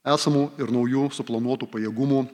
esamų ir naujų suplanuotų pajėgumų